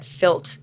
felt